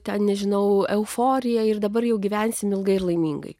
ten nežinau euforija ir dabar jau gyvensime ilgai ir laimingai